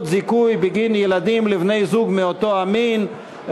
זיכוי בגין ילדים לבני-זוג מאותו המין),